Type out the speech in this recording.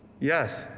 Yes